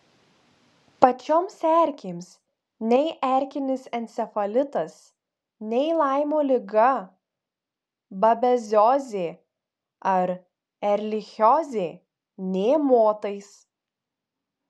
pačioms erkėms nei erkinis encefalitas nei laimo liga babeziozė ar erlichiozė nė motais